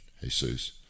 Jesus